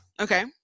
Okay